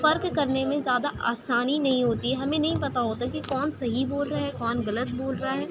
فرق کرنے میں زیادہ آسانی نہیں ہوتی ہے ہمیں نہیں پتہ ہوتا کہ کون صحیح بول رہا ہے کون غلط بول رہا ہے